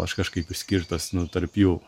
aš kažkaip išskirtas tarp jų